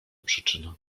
przyczyna